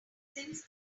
since